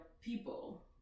people